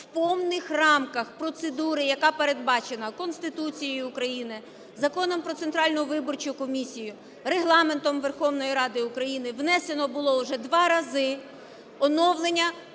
в повних рамках процедури, яка передбачена Конституцією України, Законом "Про Центральну виборчу комісію", Регламентом Верховної Ради України внесено було уже 2 рази оновлення,